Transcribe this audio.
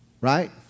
right